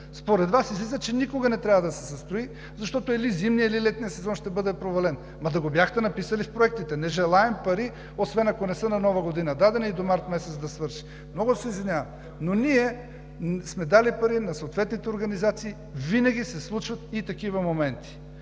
Според Вас излиза, че никога не трябва да се строи, защото или зимният, или летният сезон ще бъде провален. Ама да го бяхте написали в проектите: не желаем пари, освен ако не са дадени на Нова година и до март месец да свърши. Много се извинявам, но ние сме дали пари на съответните организации. КРАСИМИР ЯНКОВ (БСП за България,